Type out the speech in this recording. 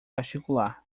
particular